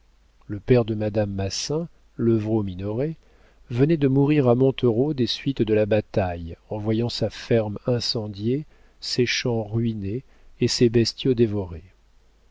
le père de madame massin levrault minoret venait de mourir à montereau des suites de la bataille en voyant sa ferme incendiée ses champs ruinés et ses bestiaux dévorés